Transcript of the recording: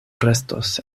restos